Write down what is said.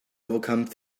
overcome